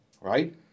Right